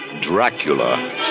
Dracula